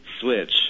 switch